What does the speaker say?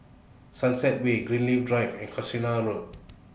Sunset Way Drive and Casuarina Road